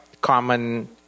common